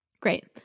Great